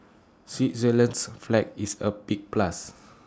Switzerland's flag is A big plus